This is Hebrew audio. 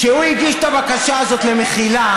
כשהוא הגיש את הבקשה הזאת למחילה,